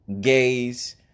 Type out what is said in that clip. gays